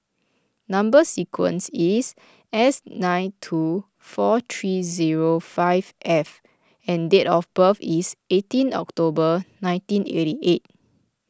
Number Sequence is S nine two four three zero five F and date of birth is eighteen October nineteen eighty eight